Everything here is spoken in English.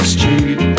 Street